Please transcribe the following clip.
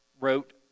wrote